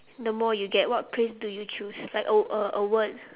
the more you get what phrase do you choose like a err a word